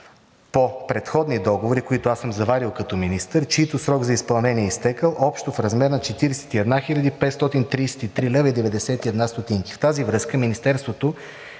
по предходни договори, които аз съм заварил като министър, чийто срок за изпълнение е изтекъл, общо в размер на 41 хил. 533 лв. и 91 ст. В тази връзка Министерството